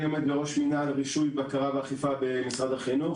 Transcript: אני עומד בראש מנהל רישוי בקרה ואכיפה במשרד החינוך,